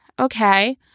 Okay